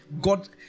God